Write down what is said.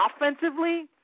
offensively